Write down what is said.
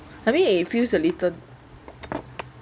I mean it feels a little